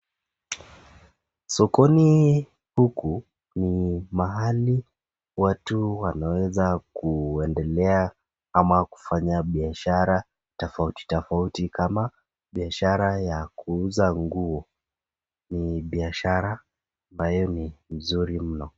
Sokoni huku ni mahali watu wanaweza kuendelea ama kufanya biashara tofauti tofauti kama biashara ya kuuza nguo ni biashara ambayo ni mzuri mno.